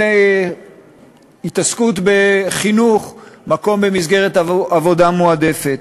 להתעסקות בחינוך מקום במסגרת עבודה מועדפת.